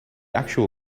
actual